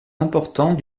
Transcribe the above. importants